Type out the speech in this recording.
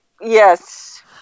Yes